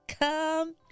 come